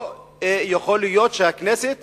לא יכול להיות שהכנסת